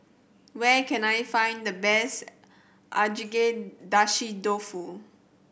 where can I find the best Agedashi Dofu